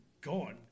gone